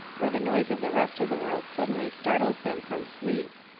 or the noise of the rest of the world suddenly startles them from sleep.